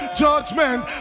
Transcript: judgment